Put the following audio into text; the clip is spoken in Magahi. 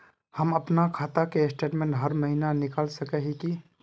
हम अपना खाता के स्टेटमेंट हर महीना निकल सके है की?